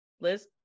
Liz